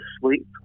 sleep